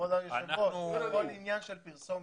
כבוד היושב ראש, הכול עניין של פרסומת,